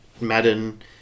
Madden